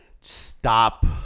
Stop